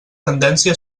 tendència